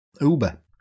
Uber